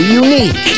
unique